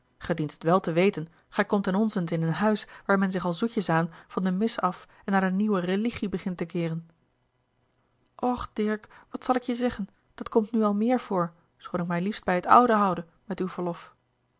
dient het wel te weten gij komt ten onzent in een huis waar men zich al zoetjes aan van de mis af en naar de nieuwe religie begint te keeren och dirk wat zal ik je zeggen dat komt nu al meer voor schoon ik mij liefst bij het oude houde met uw verlof